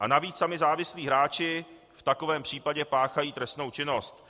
A navíc sami závislí hráči v takovém případě páchají trestnou činnost.